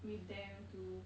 with them to